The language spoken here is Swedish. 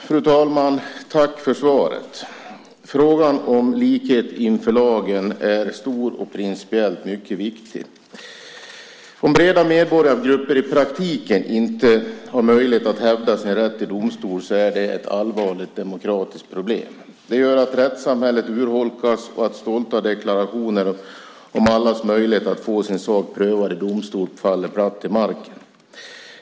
Fru talman! Tack för svaret. Frågan om likhet inför lagen är stor och principiellt mycket viktig. Om breda medborgargrupper i praktiken inte har möjlighet att hävda sin rätt i domstol är det ett allvarligt demokratiskt problem. Det gör att rättssamhället urholkas och att stolta deklarationer om allas möjlighet att få sin sak prövad i domstol faller platt till marken.